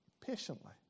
Patiently